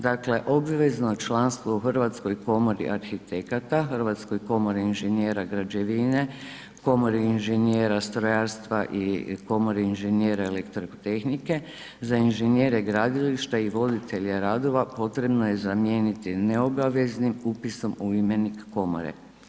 Dakle obvezno članstvo u Hrvatskoj komori arhitekata, Hrvatskoj komori inženjera građevine, komori inženjera strojarstva i komori inženjeri elektrotehnike , za inženjere gradilišta i voditelja radova potrebno je zamijeniti neobaveznim upisom u imenik komore.